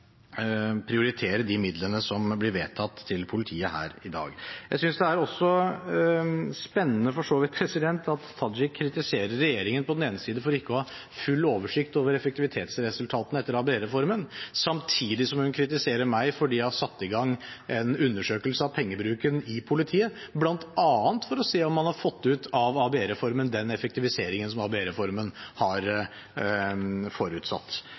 prioritere de midlene som blir vedtatt til politiet her i dag. Jeg synes for så vidt også det er spennende at representanten Tajik kritiserer regjeringen på den ene siden for ikke å ha full oversikt over effektivitetsresultatene etter ABE-reformen, samtidig som hun kritiserer meg fordi jeg har satt i gang en undersøkelse av pengebruken i politiet, bl.a. for å se om man har fått ut av ABE-reformen den effektiviseringen ABE-reformen har forutsatt.